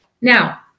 Now